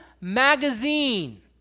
magazine